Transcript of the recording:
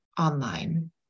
online